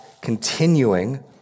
continuing